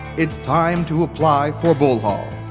it's time to apply for bull hall.